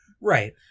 Right